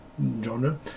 genre